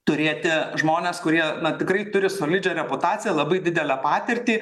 turėti žmones kurie tikrai turi solidžią reputaciją labai didelę patirtį